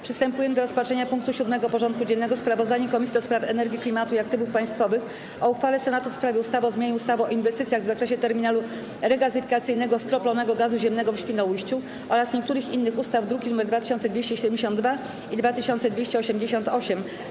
Przystępujemy do rozpatrzenia punktu 7. porządku dziennego: Sprawozdanie Komisji do Spraw Energii, Klimatu i Aktywów Państwowych o uchwale Senatu w sprawie ustawy o zmianie ustawy o inwestycjach w zakresie terminalu regazyfikacyjnego skroplonego gazu ziemnego w Świnoujściu oraz niektórych innych ustaw (druki nr 2272 i 2288)